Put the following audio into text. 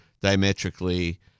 diametrically